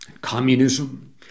communism